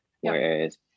whereas